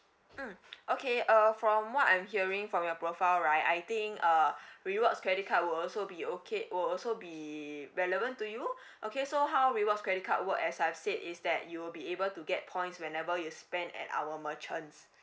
mm okay uh from what I'm hearing from your profile right I think uh rewards credit card will also be okay will also be relevant to you okay so how rewards credit card work as I've said is that you will be able to get points whenever you spend at our merchants